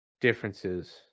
differences